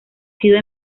sido